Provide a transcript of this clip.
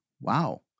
Wow